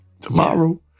Tomorrow